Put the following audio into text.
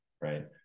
right